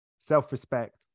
self-respect